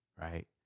Right